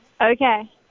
Okay